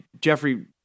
Jeffrey